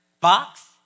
box